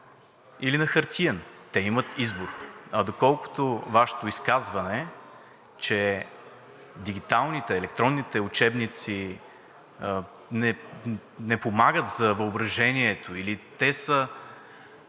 или на хартиен. Те имат избор. А доколкото Вашето изказване, че дигиталните, електронните учебници не помагат за въображението или те са